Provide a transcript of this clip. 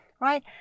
right